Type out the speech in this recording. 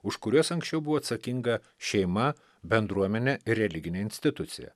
už kuriuos anksčiau buvo atsakinga šeima bendruomenė religinė institucija